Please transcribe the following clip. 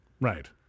Right